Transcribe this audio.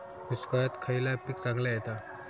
दुष्काळात खयला पीक चांगला येता?